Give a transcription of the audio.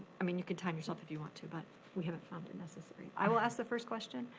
i mean, you can time yourself if you want to, but we haven't found it necessary. i will ask the first question,